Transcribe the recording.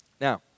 Now